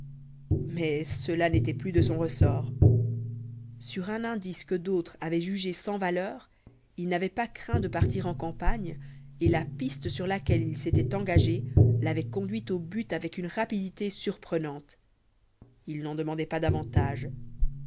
mais cela n'était plus de son ressort sur un indice que d'autres avaient jugé sans valeur il n'avait pas craint de partir en campagne et la piste sur laquelle il s'était engagé l'avait conduit au but avec une rapidité surprenante il n'en demandait pas davantage